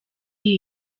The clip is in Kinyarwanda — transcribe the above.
iyi